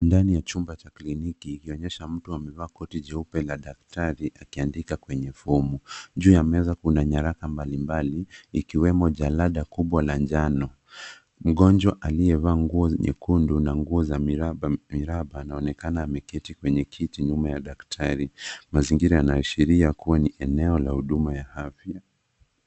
Ndani ya chumba cha kliniki ikionyesha mtu amevaa koti jeupe la daktari akiandika kwenye fomu. Juu ya meza kuna nyaraka mbalimbali ikiwemo jalada kubwa la njano. Mgonjwa aliyevaa nguo nyekundu na nguo za miraba miraba anaonekana ameketi kwenye kiti nyuma ya daktari. Mazingira yanaaashiria kuwa ni eneo la huduma ya afya.